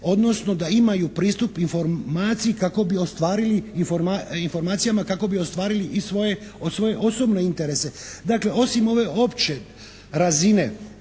kako bi ostvarili, informacijama kako bi ostvarili i svoje osobne interese. Dakle, osim ove opće razine